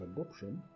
adoption